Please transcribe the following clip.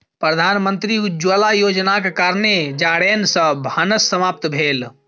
प्रधानमंत्री उज्ज्वला योजनाक कारणेँ जारैन सॅ भानस समाप्त भेल